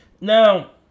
Now